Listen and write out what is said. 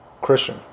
Christian